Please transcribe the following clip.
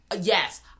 Yes